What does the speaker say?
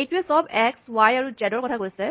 এইটোৱে চব x Y আৰু জেড ৰ কথা কৈছে